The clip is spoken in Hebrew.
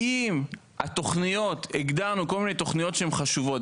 אם הגדרנו כל מיני תוכניות חשובות,